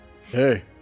Hey